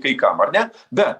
kai kam ar ne bet